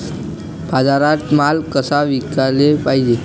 बाजारात माल कसा विकाले पायजे?